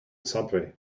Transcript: subway